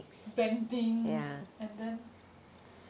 bending and then